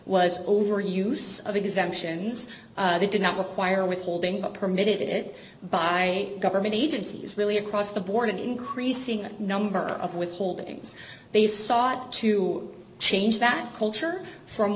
was over use of exemptions they did not require withholding permitted by government agencies really across the board an increasing number of withholdings they sought to change that culture from